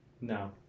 No